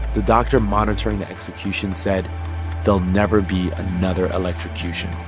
the doctor monitoring the execution said there'll never be another electrocution.